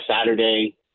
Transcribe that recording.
saturday